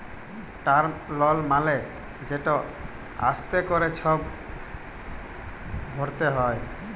term লল মালে যেট আস্তে ক্যরে ছব ভরতে হ্যয়